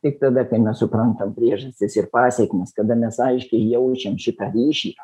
tik tada kai mes suprantam priežastis ir pasekmes kada mes aiškiai jaučiam šitą ryšį